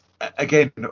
again